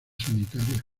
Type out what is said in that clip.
sanitarias